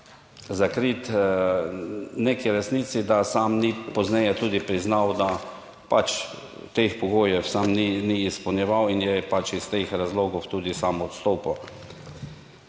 zakrit neki resnici, da sam ni pozneje tudi priznal, da pač teh pogojev sam ni izpolnjeval in je pač iz teh razlogov tudi sam odstopil.